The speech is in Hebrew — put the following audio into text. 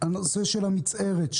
הנושא של המצערת,